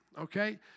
Okay